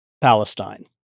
Palestine